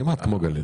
כמעט כמו הגליל.